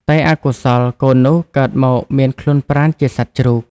តែអកុសលកូននោះកើតមកមានខ្លួនប្រាណជាសត្វជ្រូក។